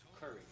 courage